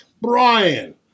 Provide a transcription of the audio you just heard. Brian